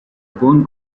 bonn